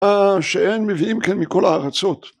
שהם מביאים כאן מכל הארצות